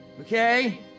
okay